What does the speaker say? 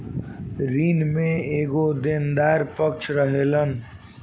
ऋण में एगो देनदार पक्ष रहेलन